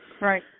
Right